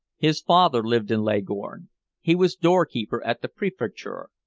his father lived in leghorn he was doorkeeper at the prefecture.